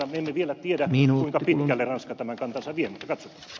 me emme vielä tiedä kuinka pitkälle ranska tämän kantansa vie mutta katsotaan